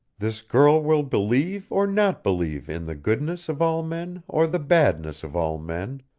this girl will believe or not believe in the goodness of all men or the badness of all men.